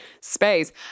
space